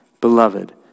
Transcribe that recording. beloved